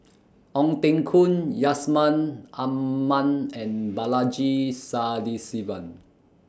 Ong Teng Koon Yusman Aman and Balaji Sadasivan